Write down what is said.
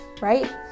right